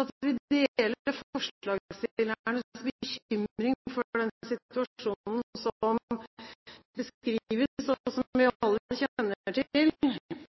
at vi deler forslagsstillernes bekymring for den situasjonen som beskrives, og som vi alle kjenner til,